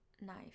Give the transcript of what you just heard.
Knife